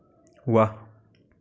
ৱাহ